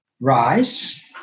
rise